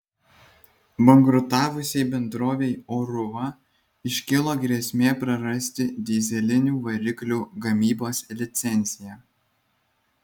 bankrutavusiai bendrovei oruva iškilo grėsmė prarasti dyzelinių variklių gamybos licenciją